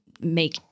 make